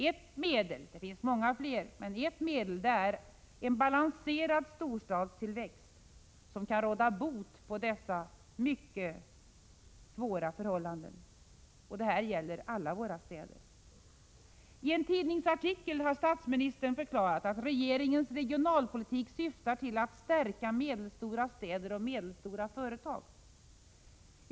Ett medel — det finns många fler — är en balanserad storstadstillväxt, som kan råda bot på dessa mycket svåra förhållanden. Det gäller alla våra städer. I en tidningsartikel har statsministern förklarat att regeringens regionalpolitik syftar till att stärka medelstora städer och medelstora företag.